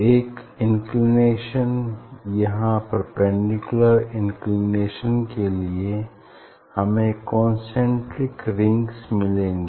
एक इंक्लिनेशन यहाँ perpendicular inclination के लिए हमें कन्सेन्ट्रिक रिंग्स मिलेंगी